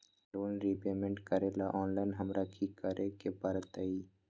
Loan repayment करेला online हमरा की करे के परतई?